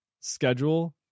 schedule